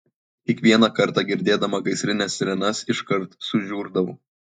kiekvieną kartą girdėdama gaisrinės sirenas iškart sužiurdavau